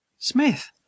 Smith